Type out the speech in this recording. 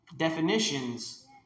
definitions